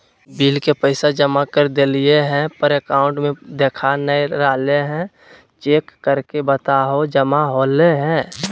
Bill के पैसा जमा कर देलियाय है पर अकाउंट में देखा नय रहले है, चेक करके बताहो जमा होले है?